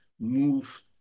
move